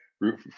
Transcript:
root